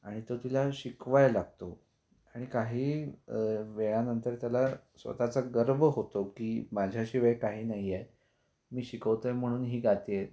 आणि तो तिला शिकवाया लागतो आणि काही वेळानंतर त्याला स्वतःचा गर्व होतो की माझ्याशिवाय काही नाही आहे मी शिकवतो आहे म्हणून ही गाते आहे